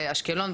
באשקלון,